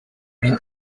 мин